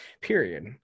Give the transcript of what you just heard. period